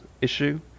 issue